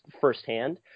firsthand